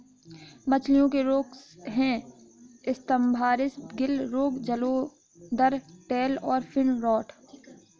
मछलियों के रोग हैं स्तम्भारिस, गिल रोग, जलोदर, टेल और फिन रॉट